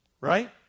Right